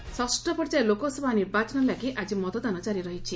polling ଷଷ୍ଠ ପର୍ଯ୍ୟାୟ ଲୋକସଭା ନିର୍ବାଚନ ଲାଗି ଆଜି ମତଦାନ କାରି ରହିଛି